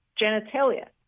genitalia